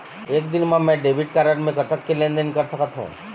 एक दिन मा मैं डेबिट कारड मे कतक के लेन देन कर सकत हो?